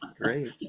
Great